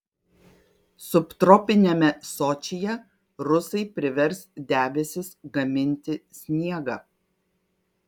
subtropiniame sočyje rusai privers debesis gaminti sniegą